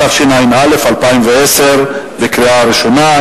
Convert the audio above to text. התשע"א 2010, קריאה ראשונה.